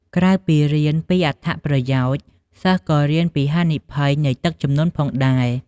ក្រៅពីរៀនពីអត្ថប្រយោជន៍ សិស្សក៏រៀនហានិភ័យនៃទឹកជំនន់ផងដែរ។